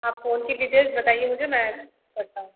आप phone details बताइए मुझे मैं करता हूँ